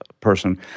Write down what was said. person